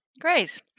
Great